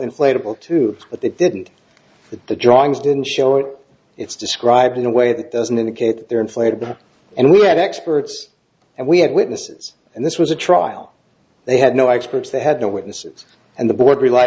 inflatable too but they didn't the drawings didn't show what it's described in a way that doesn't indicate that they're inflated and we had experts and we had witnesses and this was a trial they had no experts they had no witnesses and the board rel